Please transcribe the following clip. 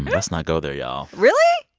let's not go there, y'all really?